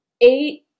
eight